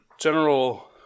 general